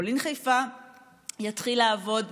מטרופולין חיפה יתחיל לעבוד,